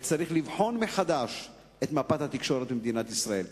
וצריך לבחון מחדש את מפת התקשורת במדינת ישראל.